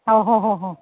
ഓ ഹോ ഹോ ഹോ